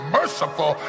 merciful